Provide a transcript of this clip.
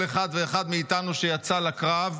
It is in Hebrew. כל אחד ואחד מאיתנו שיצא לקרב,